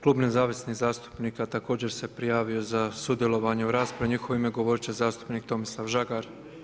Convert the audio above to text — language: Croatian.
Klub nezavisnih zastupnika također se prijavio za sudjelovanje u raspravi, u njihovo ime govoriti će zastupnik Tomislav Žagar.